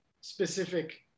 specific